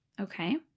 Okay